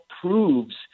proves